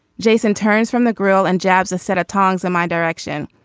jason turns from the grill and jabs a set of tongs in my direction.